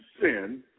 sin